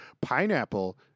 Pineapple